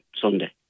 Sunday